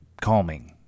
calming